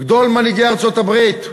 גדול מנהיגי ארצות-הברית,